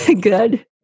Good